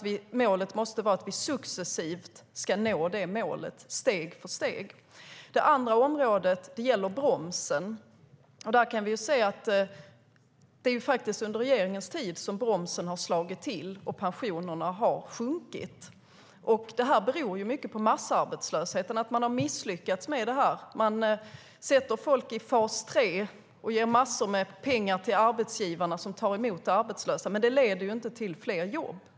Vi måste nå det målet steg för steg. Det andra området är bromsen. Det är under regeringens tid som bromsen har slagit till och pensionerna sjunkit. Detta beror mycket på att man har misslyckats med massarbetslösheten. Man sätter folk i fas 3 och ger massor med pengar till arbetsgivare som tar emot arbetslösa, men det leder inte till fler jobb.